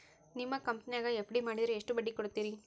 ನಿಮ್ಮ ಕಂಪನ್ಯಾಗ ಎಫ್.ಡಿ ಮಾಡಿದ್ರ ಎಷ್ಟು ಬಡ್ಡಿ ಕೊಡ್ತೇರಿ?